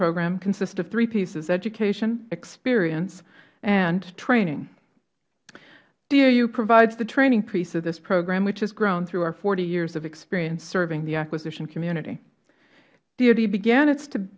program consists of three pieces education experience and training dau provides the training piece of this program which has grown through our forty years of experience serving the acquisition community dod began